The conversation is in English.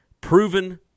proven